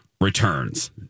returns